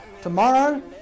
Tomorrow